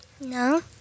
No